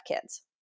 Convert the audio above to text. kids